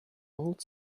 old